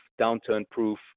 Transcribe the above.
downturn-proof